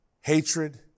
Hatred